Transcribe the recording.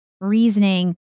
reasoning